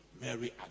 Mary